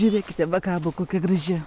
žiūrėkite va kabo kokia graži